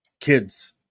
kids